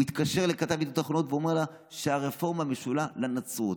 הוא התקשר לכתב ידיעות אחרונות ואמר שהרפורמה משולה לנצרות.